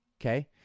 Okay